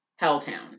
Helltown